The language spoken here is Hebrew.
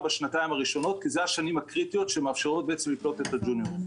בשנתיים הראשונות כי אלה השנים הקריטיות שמאפשרות לקלוט את הג'וניורים.